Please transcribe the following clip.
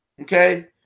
okay